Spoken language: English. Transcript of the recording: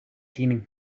cleaning